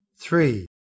three